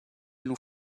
nous